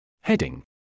Heading